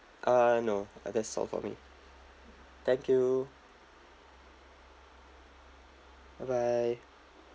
uh no like that's all from me thank you bye bye